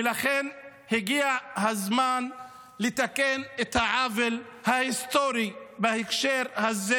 ולכן הגיע הזמן לתקן את העוול ההיסטורי בהקשר הזה